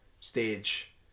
stage